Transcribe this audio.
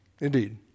Indeed